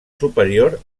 superior